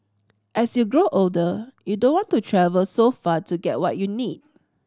as you grow older you don't want to travel so far to get what you need